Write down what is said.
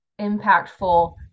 impactful